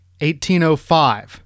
1805